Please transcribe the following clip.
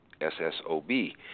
S-S-O-B